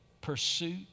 pursuit